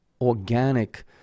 organic